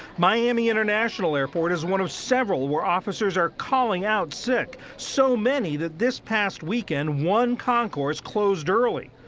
miami international airport is one of several where officers are calling out sick, so many that, this past weekend, one concourse closed early.